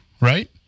Right